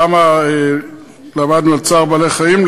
למה למדנו על צער בעלי-חיים,